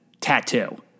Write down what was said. tattoo